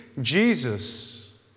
Jesus